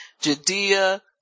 Judea